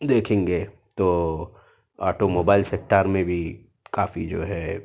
دیکھیں گے تو آٹو موبائل سیکٹر میں بھی کافی جو ہے